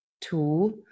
two